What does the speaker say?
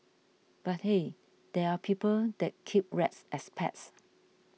but hey there are people that keep rats as pets